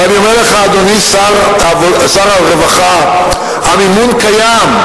ואני אומר לך, אדוני שר הרווחה, המימון קיים.